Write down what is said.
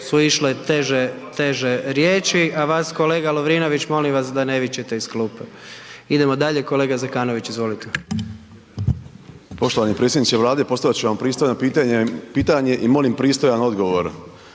su išle teže riječi. A vas kolega Lovrinović molim vas da ne vičete iz klupe. Idemo dalje kolega Zekanović, izvolite. **Zekanović, Hrvoje (HRAST)** Poštovani predsjedniče Vlade, postaviti ću vam pristojno pitanje i molim pristojan odgovor.